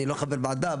אני לא חבר וועדה.